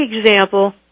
example